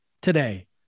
today